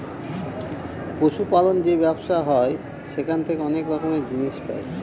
পশু পালন যে ব্যবসা হয় সেখান থেকে অনেক রকমের জিনিস পাই